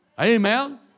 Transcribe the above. Amen